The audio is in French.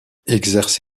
exerce